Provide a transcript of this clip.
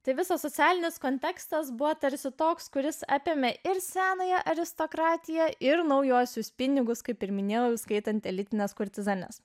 tai visas socialinis kontekstas buvo tarsi toks kuris apėmė ir senąją aristokratiją ir naujuosius pinigus kaip ir minėjome skaitant elitines kurtizanes